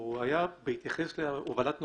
הוא היה בהתייחס להובלת נוסעים.